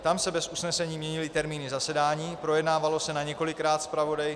Tam se bez usnesení měnily termíny zasedání, projednávalo se na několikrát, zpravodaj